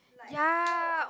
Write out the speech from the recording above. ya